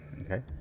Okay